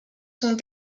sont